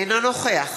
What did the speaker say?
אינו נוכח